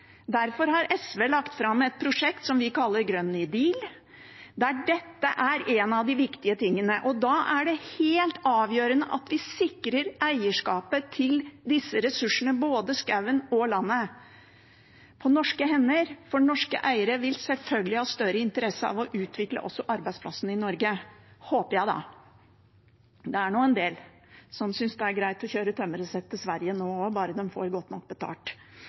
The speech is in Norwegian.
Derfor har SV lagt fram et prosjekt som vi kaller Grønn ny deal, der dette er en av de viktige tingene. Da er det helt avgjørende at vi sikrer eierskapet til disse ressursene, både skogen og landet, på norske hender, for norske eiere vil selvfølgelig ha større interesse av å utvikle arbeidsplassene i Norge – håper jeg, da. Det er jo en del som synes det er greit å kjøre tømmeret sitt til Sverige nå også, bare de får godt nok betalt.